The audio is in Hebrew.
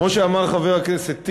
כמו שאמר חבר הכנסת טיבי,